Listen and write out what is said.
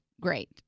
great